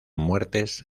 muertes